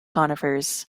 conifers